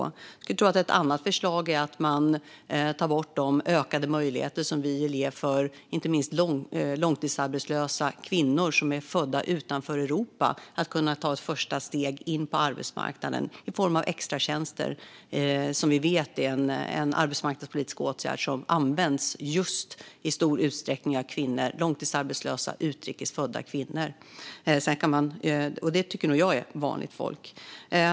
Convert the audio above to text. Jag skulle tro att ett annat förslag är att ni tar bort de ökade möjligheter i form av extratjänster som vi vill ge inte minst långtidsarbetslösa kvinnor som är födda utanför Europa att kunna ta ett första steg in på arbetsmarknaden. Vi vet att extratjänster är en arbetsmarknadspolitisk åtgärd som används i stor utsträckning just av långtidsarbetslösa utrikes födda kvinnor. Det tycker nog jag är vanligt folk.